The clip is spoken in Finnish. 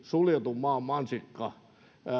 suljetun maan mansikkaa